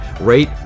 Rate